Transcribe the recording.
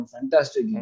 Fantastic